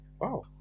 Wow